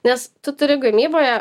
nes tu turi gamyboje